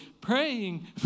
praying